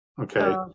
Okay